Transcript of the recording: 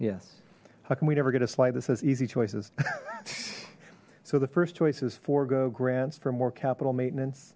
yes how can we never get a slide that's as easy choices so the first choice is forego grants for more capital maintenance